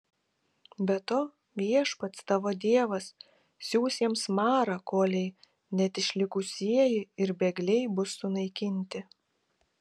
be to viešpats tavo dievas siųs jiems marą kolei net išlikusieji ir bėgliai bus sunaikinti